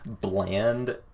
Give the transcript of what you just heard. bland